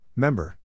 Member